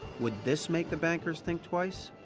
would this make the bankers think twice?